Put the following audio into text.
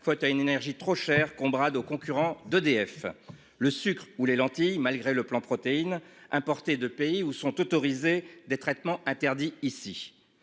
faute à une énergie trop chère qu'on brade aux concurrents d'EDF le sucre ou les lentilles malgré le plan protéines importés de pays où sont autorisés des traitements interdits ici.